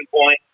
point